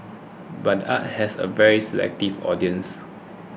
but arts has a very selective audience